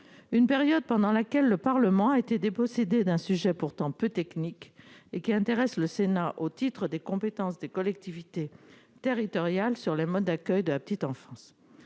une période pendant laquelle le Parlement a été dépossédé d'un sujet pourtant peu technique et qui intéresse le Sénat au titre des compétences des collectivités territoriales sur les modes d'accueil de la petite enfance,